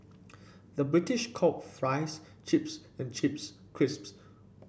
the British calls fries chips and chips crisps